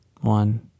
one